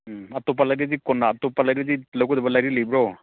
ꯎꯝ ꯑꯇꯣꯞꯄ ꯂꯩꯔꯇꯤ ꯀꯣꯟꯅ ꯑꯇꯣꯞꯄ ꯂꯩꯔꯗꯤ ꯂꯧꯒꯗꯕ ꯂꯥꯏꯔꯤꯛ ꯂꯩꯕ꯭ꯔꯣ